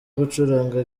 gucuranga